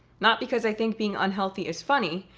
not because i think being unhealthy is funny,